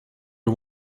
you